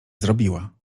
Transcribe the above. zrobiła